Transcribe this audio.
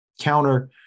counter